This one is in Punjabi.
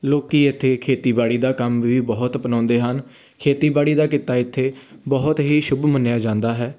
ਲੋਕ ਇੱਥੇ ਖੇਤੀਬਾੜੀ ਦਾ ਕੰਮ ਵੀ ਬਹੁਤ ਅਪਣਾਉਂਦੇ ਹਨ ਖੇਤੀਬਾੜੀ ਦਾ ਕਿੱਤਾ ਇੱਥੇ ਬਹੁਤ ਹੀ ਸ਼ੁੱਭ ਮੰਨਿਆ ਜਾਂਦਾ ਹੈ